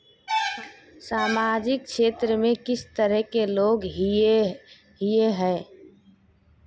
सामाजिक क्षेत्र में किस तरह के लोग हिये है?